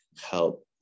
help